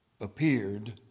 appeared